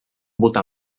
votar